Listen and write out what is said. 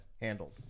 handled